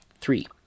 Three